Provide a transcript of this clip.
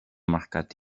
mercat